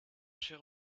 cher